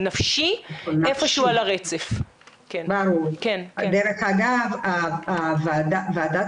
נפיץ לכל הגורמים את מסקנות הוועדה,